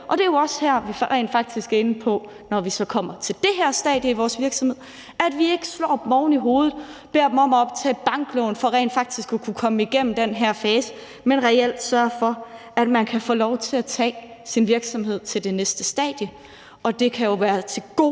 og det er jo også her, vi er inde på, at vi, når man så kommer til det her stadie i sin virksomhed, ikke slår dem oven i hovedet og beder dem om at optage banklån for at kunne komme igennem den her fase, men at vi reelt sørger for, at man kan få lov til at tage sin virksomhed til det næste stadie, og det kan jo være til god